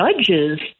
judges